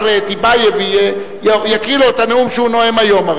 טיבייב יקריא לו את הנאום שהוא נואם היום.